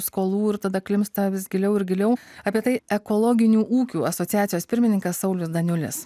skolų ir tada klimpsta vis giliau ir giliau apie tai ekologinių ūkių asociacijos pirmininkas saulius daniulis